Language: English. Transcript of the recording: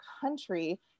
country